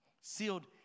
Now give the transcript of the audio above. sealed